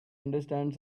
understand